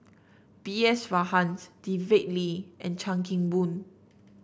B S Rajhans David Lee and Chan Kim Boon